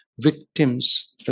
victims